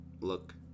look